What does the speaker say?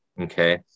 Okay